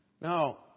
Now